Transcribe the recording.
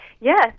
Yes